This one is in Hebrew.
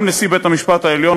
גם נשיא בית-המשפט העליון,